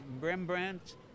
Rembrandt